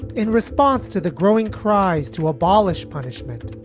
in response to the growing cries to abolish punishment.